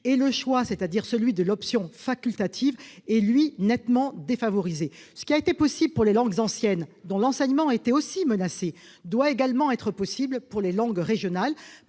et le choix de l'option facultative est nettement défavorisé. Ce qui a été possible pour les langues anciennes, dont l'enseignement était aussi menacé, doit également être possible pour les langues régionales.